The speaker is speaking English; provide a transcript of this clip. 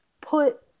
put